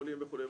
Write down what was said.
עולים וכולי,